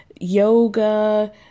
yoga